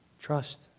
Trust